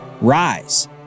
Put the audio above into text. Rise